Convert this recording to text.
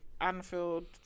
Anfield